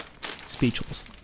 speechless